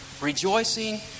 rejoicing